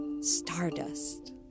stardust